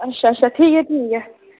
अच्छा अच्छा ठीक ऐ ठीक ऐ